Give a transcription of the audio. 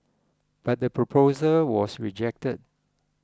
but the proposal was rejected